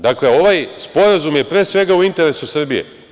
Dakle, ovaj Sporazum je, pre svega, u interesu Srbije.